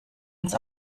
uns